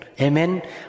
Amen